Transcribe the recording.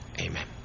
Amen